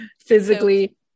physically